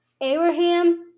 Abraham